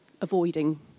avoiding